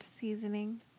seasoning